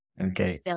Okay